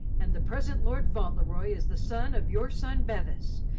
and the present lord fauntleroy is the son of your son bevis,